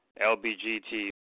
LBGT